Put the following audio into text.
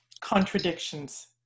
contradictions